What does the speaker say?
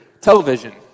television